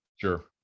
Sure